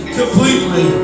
completely